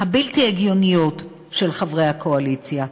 הבלתי-הגיוניות של חברי הקואליציה.